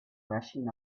rushing